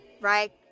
right